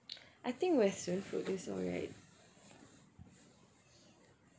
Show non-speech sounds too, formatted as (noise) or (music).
(noise) I think western food is alright